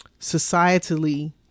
societally